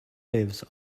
lives